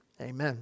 amen